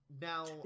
Now